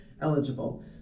eligible